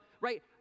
Right